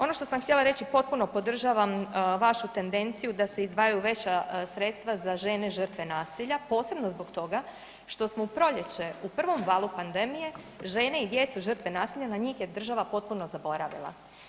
Ono što sam htjela reći, potpuno podržavam vašu tendenciju da se izdvajaju veća sredstva za žene žrtve nasilja, posebno zbog toga što smo u proljeće u prvom valu pandemije, žene i djecu žrtve nasilja, na njih je država potpuno zaboravila.